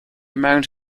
amount